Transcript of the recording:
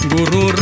Guru